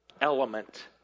element